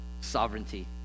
sovereignty